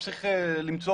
אנחנו מתקדמים.